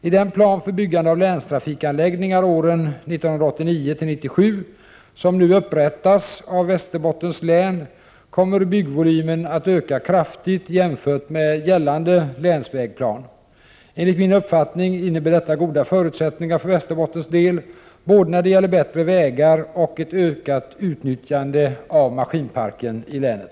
I den plan för byggande av länstrafikanläggningar åren 1989—1997 som nu upprättas av Västerbottens län kommer byggvolymen att öka kraftigt jämfört med gällande länsvägsplan. Enligt min uppfattning innebär detta goda förutsättningar för Västerbottens del både när det gäller bättre vägar och ett ökat nyttjande av maskinparken i länet.